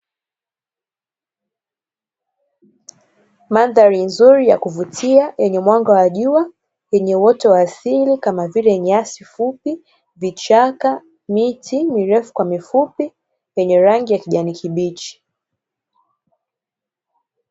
Mandhari nzuri ya kuvutia yenye mwanga wa jua, yenye uoto wa asili kama vile nyasi fupi, vichaka, miti mirefu kwa mifupi yenye rangi ya kijani kibichi.